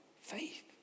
faith